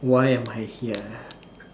why am I here